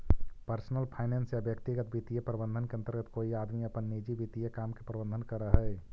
personal finance या व्यक्तिगत वित्तीय प्रबंधन के अंतर्गत कोई आदमी अपन निजी वित्तीय काम के प्रबंधन करऽ हई